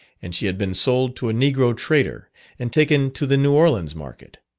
and she had been sold to a negro trader and taken to the new orleans market.